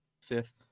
Fifth